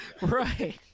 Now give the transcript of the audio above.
Right